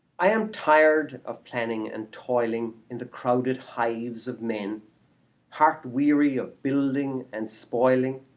i am tired of planning and toiling into crowded hives of men heart-weary of building and spoiling,